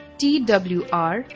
twr